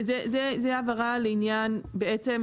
זו הבהרה לעניין בעצם,